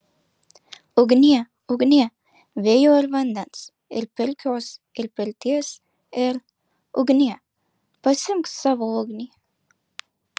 ugnie ugnie vėjo ir vandens ir pirkios ir pirties ir ugnie pasiimk savo ugnį